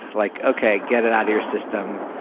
like okay. get it out of your system.